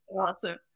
awesome